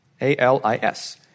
A-L-I-S